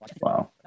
Wow